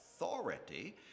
authority